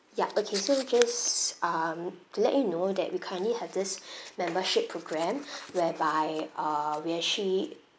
ya okay so just um to let you know that we currently have this membership programme whereby uh we're actually